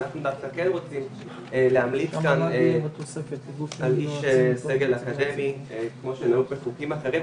אנחנו דווקא כן רוצים להמליץ על איש סגל אקדמי כמו שנהוג בחוקים אחרים.